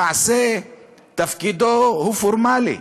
למעשה תפקידו הוא פורמלי,